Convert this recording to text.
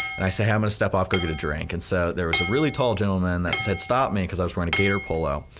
and i say, hey i'm gonna step off, go get a drink. and so there was a really tall gentleman that had stopped me cause i was wearing a gator polo.